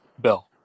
bill